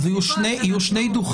אוהה, אז יהיו שני דוכנים.